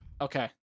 Okay